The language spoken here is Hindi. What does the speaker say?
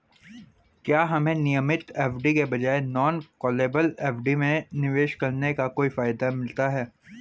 क्या हमें नियमित एफ.डी के बजाय नॉन कॉलेबल एफ.डी में निवेश करने का कोई फायदा मिलता है?